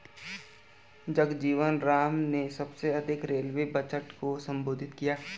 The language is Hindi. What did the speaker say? जगजीवन राम ने सबसे अधिक रेलवे बजट को संबोधित किया है